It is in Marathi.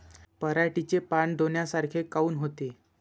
पराटीचे पानं डोन्यासारखे काऊन होते?